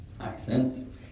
Accent